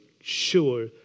sure